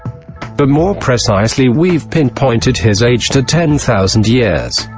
but more precisely we've pinpointed his age to ten thousand years.